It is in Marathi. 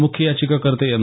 मुख्य याचिकाकर्ते एम